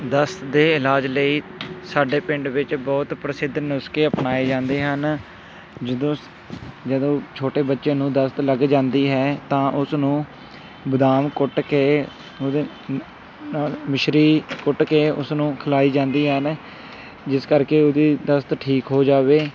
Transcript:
ਦਸਤ ਦੇ ਇਲਾਜ ਲਈ ਸਾਡੇ ਪਿੰਡ ਵਿੱਚ ਬਹੁਤ ਪ੍ਰਸਿੱਧ ਨੁਸਖੇ ਅਪਣਾਏ ਜਾਂਦੇ ਹਨ ਜਦੋਂ ਜਦੋਂ ਛੋਟੇ ਬੱਚੇ ਨੂੰ ਦਸਤ ਲੱਗ ਜਾਂਦੀ ਹੈ ਤਾਂ ਉਸ ਨੂੰ ਬਦਾਮ ਕੁੱਟ ਕੇ ਉਹਦੇ ਨਾਲ ਮਿਸ਼ਰੀ ਕੁੱਟ ਕੇ ਉਸਨੂੰ ਖਿਲਾਈ ਜਾਂਦੀ ਹਨ ਜਿਸ ਕਰਕੇ ਉਹਦੀ ਦਸਤ ਠੀਕ ਹੋ ਜਾਵੇ